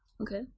okay